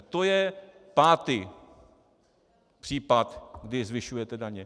To je pátý případ, kdy zvyšujete daně.